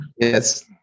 Yes